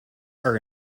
are